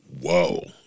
whoa